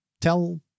Tell